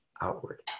outward